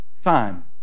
Fine